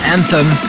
Anthem